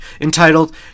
entitled